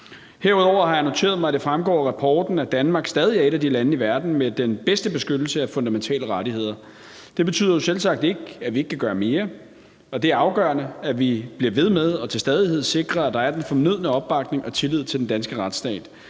Herudover har jeg noteret mig, at det fremgår af rapporten, at Danmark stadig er et af de lande i verden med den bedste beskyttelse af fundamentale rettigheder. Det betyder selvsagt ikke, at vi ikke kan gøre mere, og at det er afgørende, at vi til stadighed bliver ved med at sikre, at der er den fornødne opbakning og tillid til den danske retsstat.